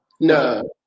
no